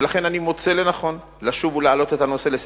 ולכן אני מוצא לנכון לשוב ולהעלות את הנושא על סדר-היום,